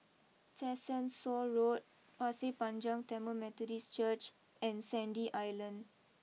Tessensohn Road Pasir Panjang Tamil Methodist Church and Sandy Island